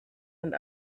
and